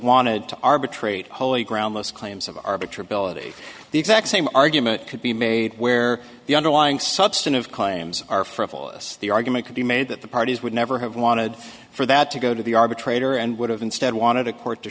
wanted to arbitrate wholly groundless claims of arbitron bill ity the exact same argument could be made where the underlying substantive claims are frivolous the argument could be made that the parties would never have wanted for that to go to the arbitrator and would have instead wanted a court to